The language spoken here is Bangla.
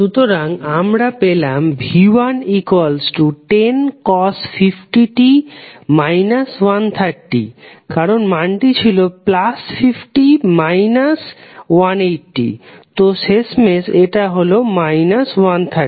সুতরাং আমরা পেলাম v1 1050t 130 কারণ মানটি ছিল 50 180 তো শেষমেশ এটা হল 130